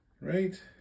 right